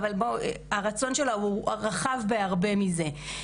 אבל בואו הרצון שלה הוא רחב בהרבה מזה.